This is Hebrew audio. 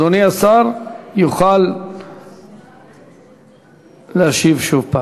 אדוני השר יוכל להשיב שוב.